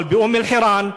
אבל באום-אלחיראן,